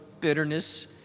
bitterness